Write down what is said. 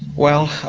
well,